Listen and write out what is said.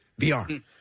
VR